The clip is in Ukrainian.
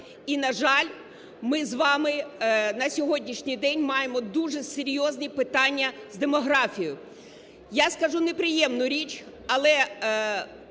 І, на жаль, ми з вами на сьогоднішній день маємо дуже серйозні питання з демографією. Я скажу неприємну річ, але